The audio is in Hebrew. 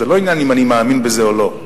זה לא העניין אם אני מאמין בזה או לא.